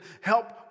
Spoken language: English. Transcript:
help